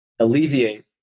alleviate